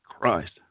Christ